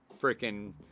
freaking